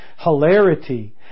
hilarity